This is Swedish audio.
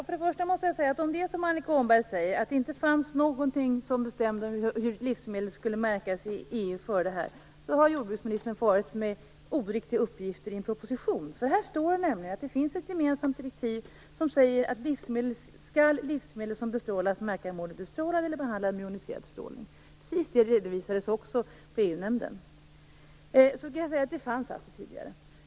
Fru talman! Om det är som Annika Åhnberg säger, att det inte fanns någonting som bestämde hur livsmedel skulle märkas i EU före det här, har jordbruksministern farit med oriktiga uppgifter i en proposition. Här står det nämligen att det finns ett gemensamt direktiv som säger att livsmedel som bestrålats skall märkas med ordet bestrålad eller behandlad med joniserad strålning. Precis det redovisades också i EU-nämnden. Det fanns alltså tidigare.